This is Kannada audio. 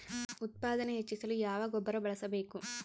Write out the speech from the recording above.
ಉತ್ಪಾದನೆ ಹೆಚ್ಚಿಸಲು ಯಾವ ಗೊಬ್ಬರ ಬಳಸಬೇಕು?